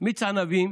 מיץ ענבים.